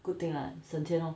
good thing lah 省钱 lor